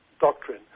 doctrine